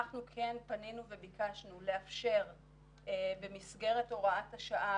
אנחנו כן פנינו וביקשנו לאפשר במסגרת הוראת השעה